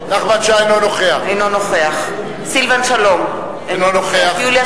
אינו נוכח סילבן שלום, אינו נוכח יוליה